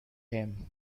him